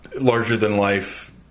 larger-than-life